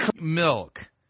Milk